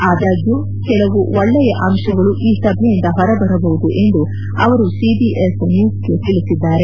ಆದಾಗ್ಲೂ ಕೆಲವು ಒಳ್ಳೆಯ ಅಂಶಗಳು ಈ ಸಭೆಯಿಂದ ಹೊರಬರಬಹುದು ಎಂದು ಅವರು ಸಿಬಿಎಸ್ ನ್ಯೂಸ್ಗೆ ತಿಳಿಬಿದ್ದಾರೆ